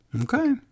Okay